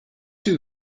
two